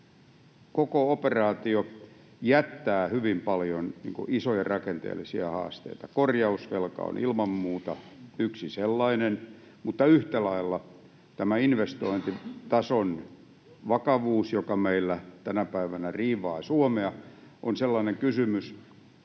koko operaatio jättää hyvin paljon isoja rakenteellisia haasteita. Korjausvelka on ilman muuta yksi sellainen, mutta yhtä lailla tämä investointitason vakavuus, joka tänä päivänä riivaa Suomea, on sellainen kysymys,